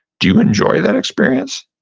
do you enjoy that experience?